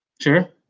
sure